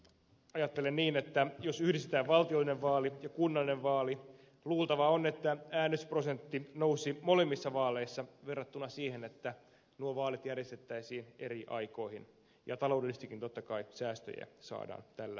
ajattelen niin että jos yhdistetään valtiollinen vaali ja kunnallinen vaali luultavaa on että äänestysprosentti nousee molemmissa vaaleissa verrattuna siihen että nuo vaalit järjestettäisiin eri aikoihin ja taloudellisestikin totta kai säästöjä saadaan tällä menettelyllä